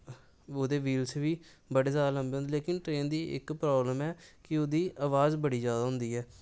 ओह्दे वीलस बी बड़े जादा लम्मे होंदे की ट्रेन दी इक प्राबलम ऐ कि ओह्दी आवाज बड़ी जादा होंदी ऐ